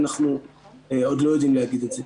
אנחנו עוד לא יודעים להגיד את זה.